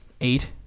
Eight